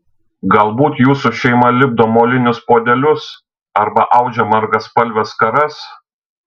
galbūt jūsų šeima lipdo molinius puodelius arba audžia margaspalves skaras